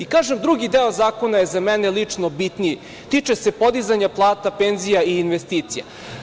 I kažem, drugi deo zakona je za mene lično bitniji, tiče se podizanja plata, penzija i investicija.